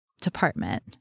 department